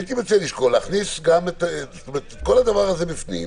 הייתי מציע לשקול להכניס את כל הדבר הזה בפנים,